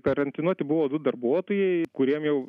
karantinuoti buvo du darbuotojai kuriem jau